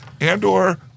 Andor